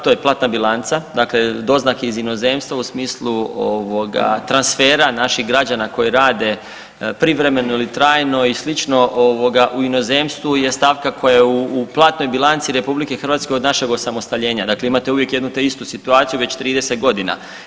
To je platna bilanca dakle doznake iz inozemstva u smislu transfera naših građana koji rade privremeno ili trajno i slično u inozemstvu je stavka koja u platnoj bilanci RH od našeg osamostaljenja, dakle imate uvijek jednu te istu situaciju već 30 godina.